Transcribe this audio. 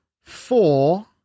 four